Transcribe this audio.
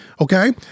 Okay